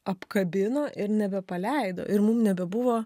apkabino ir nebepaleido ir mum nebebuvo